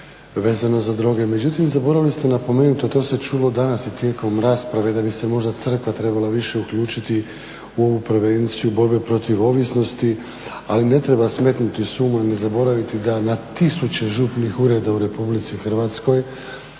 vezano za droge. Međutim zaboravili ste napomenuti, a to se čulo danas i tijekom rasprave da bi se možda crkva trebala više uključiti u ovu prevenciju borbe protiv ovisnosti, ali ne treba smetnuti s uma ne zaboraviti da na tisuće župnih ureda u RH sudjeluju u ovoj